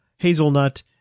hazelnut